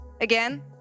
Again